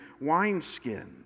wineskin